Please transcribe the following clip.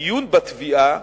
הדיון בתביעה